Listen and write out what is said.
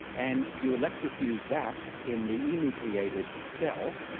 and you electrofuse that in the enucleated cell,